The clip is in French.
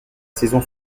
saison